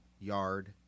yard